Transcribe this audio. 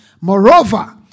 Moreover